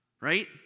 right